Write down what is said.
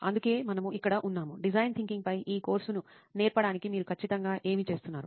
అందుకే మనము ఇక్కడ ఉన్నాము డిజైన్ థింకింగ్ పై ఈ కోర్సును నేర్పడానికి మీరు ఖచ్చితంగా ఏమి చేస్తున్నారు